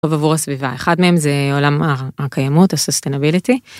עבור הסביבה אחד מהם זה עולם הקיימות ה-sustainability.